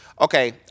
okay